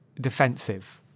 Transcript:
defensive